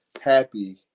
happy